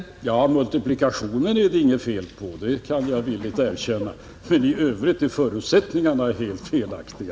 Fru talman! Multiplikationen är det inget fel på — det kan jag villigt erkänna — men i övrigt är förutsättningarna helt felaktiga.